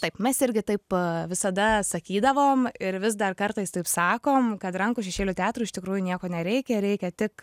taip mes irgi taip visada sakydavom ir vis dar kartais taip sakom kad rankų šešėlių teatrui iš tikrųjų nieko nereikia reikia tik